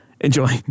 Enjoy